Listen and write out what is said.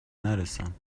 نرسم